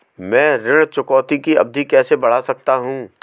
मैं ऋण चुकौती की अवधि कैसे बढ़ा सकता हूं?